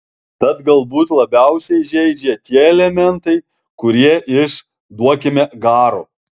tad galbūt labiausiai žeidžia tie elementai kurie iš duokime garo